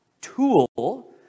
tool